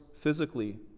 physically